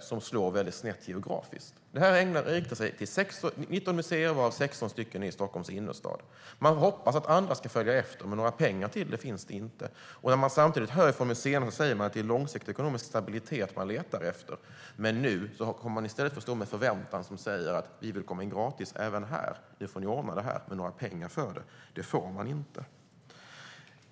som slår snett geografiskt. Det här riktar sig till 19 museer varav 16 är i Stockholms innerstad. Man hoppas att andra ska följa efter, men några pengar till det finns inte. Samtidigt säger museerna att det är långsiktig ekonomisk stabilitet man letar efter, men nu kommer man plötsligt att stå med besökare som säger: Vi vill komma in gratis, nu får ni ordna det här. Men några pengar till det får man inte.